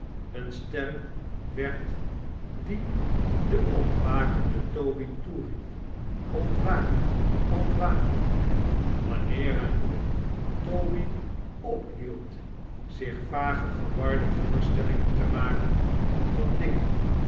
eene stem weird die den imtwakenden toby toeriep ontwaak ontwaak waimeer eh h'ce toby ophield zich vage verwarde voorstellingen te maken van dingen